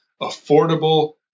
affordable